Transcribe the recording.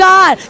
God